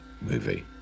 movie